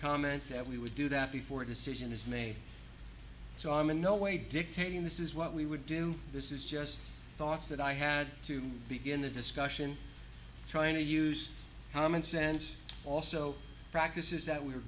comment that we would do that before a decision is made so i am in no way dictating this is what we would do this is just thoughts that i had to begin the discussion trying to use common sense also practices that we